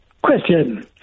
Question